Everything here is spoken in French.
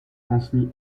transmis